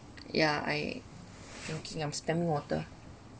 yeah I thinking I'm water